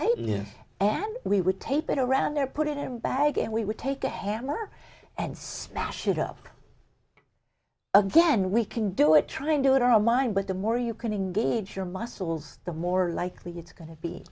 tape and we would tape it around there put it in bag and we would take a hammer and smash it up again we can do it try and do it online but the more you can engage your muscles the more likely it's going to be